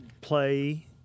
play